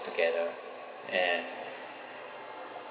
together and